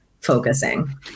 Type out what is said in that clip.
focusing